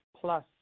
plus